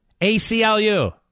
ACLU